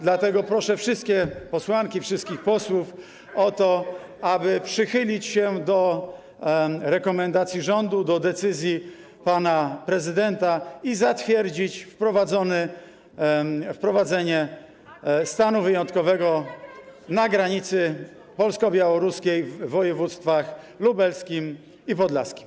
Dlatego proszę wszystkie posłanki, wszystkich posłów o to, aby przychylić się do rekomendacji rządu, do decyzji pana prezydenta i zatwierdzić wprowadzenie stanu wyjątkowego na granicy polsko-białoruskiej w województwach lubelskim i podlaskim.